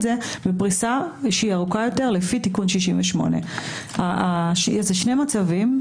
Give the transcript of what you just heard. זה בפריסה שהיא ארוכה יותר לפי תיקון 68. אלה שני מצבים,